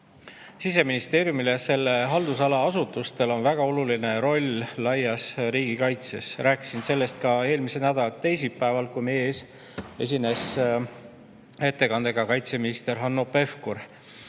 Siseministeeriumil ja selle haldusala asutustel on väga oluline roll laias riigikaitses. Rääkisin ka eelmise nädala teisipäeval, kui meie ees esines ettekandega kaitseminister Hanno Pevkur,